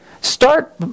start